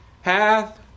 Hath